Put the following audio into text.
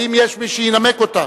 האם יש מי שינמק אותה?